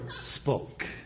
spoke